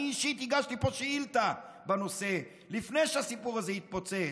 אני אישית הגשתי פה שאילתה בנושא לפני שהסיפור הזה התפוצץ,